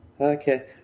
Okay